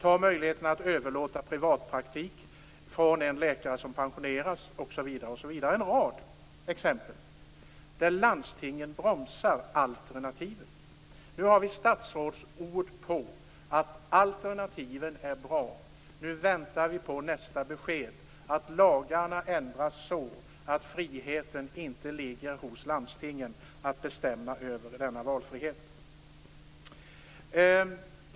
Ta möjligheten att överlåta privatpraktik från en läkare som pensioneras osv. Det finns en rad exempel där landstingen bromsar alternativen. Nu har vi statsrådsord på att alternativen är bra. Nu väntar vi på nästa besked att lagarna ändras så att friheten inte ligger hos landstingen att bestämma över denna valfrihet.